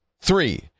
Three